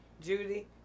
Judy